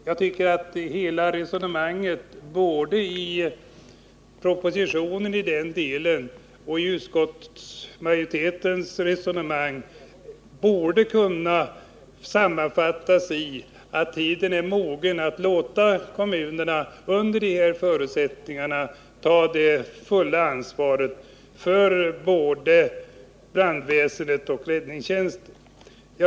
Jag tror att hela resonemanget i propositionen i denna del och i utskottsmajoritetens skrivning borde kunna sammanfattas i att tiden är mogen att låta kommunerna, under dessa förutsättningar, ta det fulla ansvaret för både brandväsendet och räddningstjänsten.